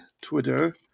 Twitter